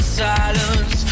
silence